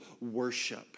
worship